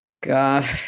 God